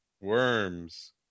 worms